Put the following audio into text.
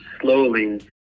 slowly